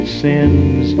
sins